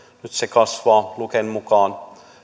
nyt se kasvaa luken mukaan